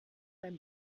beim